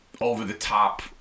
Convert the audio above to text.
over-the-top